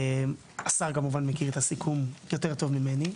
השר כמובן מכיר את הסיכום יותר טוב ממני,